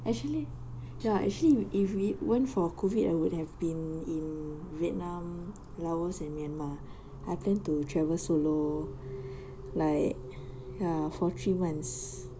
actually ya actually if it weren't for COVID and I would have been in vietnam laos and myanmar I planned to travel solo like ya for three months